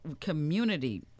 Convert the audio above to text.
community